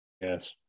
Yes